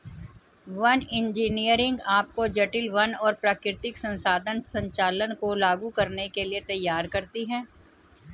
one engineering आपको जटिल वन और प्राकृतिक संसाधन संचालन को लागू करने के लिए तैयार करती है